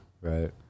Right